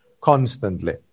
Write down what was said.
constantly